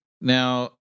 Now